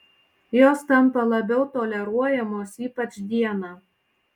jos tampa labiau toleruojamos ypač dieną